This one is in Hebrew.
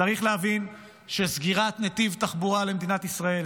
צריך להבין שסגירת נתיב תחבורה למדינת ישראל,